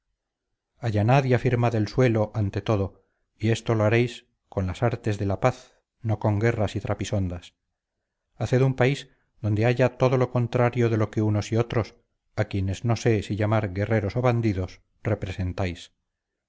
todo y esto lo haréis con las artes de la paz no con guerras y trapisondas haced un país donde haya todo lo contrario de lo que unos y otros a quienes no sé si llamar guerreros o bandidos representáis